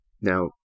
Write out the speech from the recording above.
Now